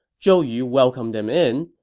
zhou yu welcomed them in,